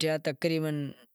گیا، گھومے فرے آیا۔